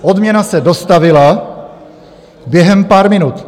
Odměna se dostavila během pár minut.